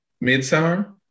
midsummer